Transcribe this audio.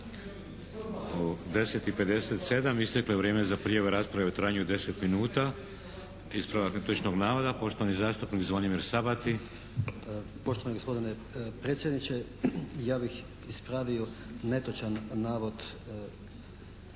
U 10,57 isteklo je vrijeme za prijavu rasprave u trajanju od 10 minuta. Ispravak netočnog navoda, poštovani zastupnik Zvonimir Sabati. **Sabati, Zvonimir (HSS)** Poštovani gospodine predsjedniče ja bih ispravio netočan navod